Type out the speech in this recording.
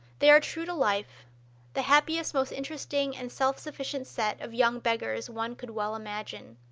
they are true to life the happiest, most interesting, and self-sufficient set of young beggars one could well imagine.